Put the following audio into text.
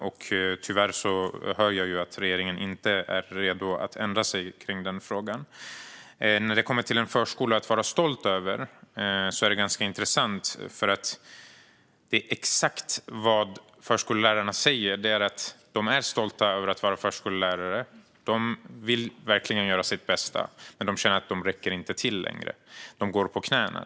Men tyvärr hör jag att regeringen inte är redo att ändra sig i frågan. När det kommer till en förskola att vara stolt över är det ganska intressant, för det är exakt vad förskollärarna säger. De är stolta över att vara förskollärare, och de vill verkligen göra sitt bästa. Men de känner att de inte längre räcker till. De går på knäna.